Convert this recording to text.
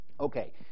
Okay